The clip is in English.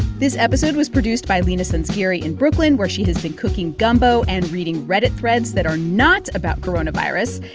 this episode was produced by leena sanzgiri in brooklyn, where she has been cooking gumbo and reading reddit threads that are not about coronavirus,